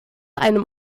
einem